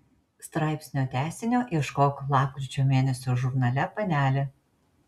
straipsnio tęsinio ieškok lapkričio mėnesio žurnale panelė